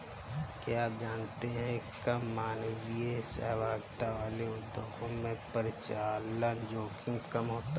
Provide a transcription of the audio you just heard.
क्या आप जानते है कम मानवीय सहभागिता वाले उद्योगों में परिचालन जोखिम कम होता है?